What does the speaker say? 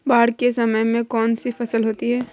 बाढ़ के समय में कौन सी फसल होती है?